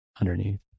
underneath